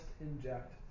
inject